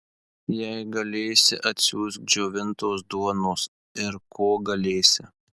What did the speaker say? jei galėsi atsiųsk džiovintos duonos ir ko galėsi